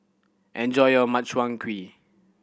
enjoy your Makchang Gui